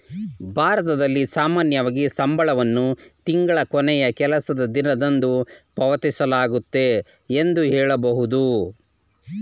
ಭಾರತದಲ್ಲಿ ಸಾಮಾನ್ಯವಾಗಿ ಸಂಬಳವನ್ನು ತಿಂಗಳ ಕೊನೆಯ ಕೆಲಸದ ದಿನದಂದು ಪಾವತಿಸಲಾಗುತ್ತೆ ಎಂದು ಹೇಳಬಹುದು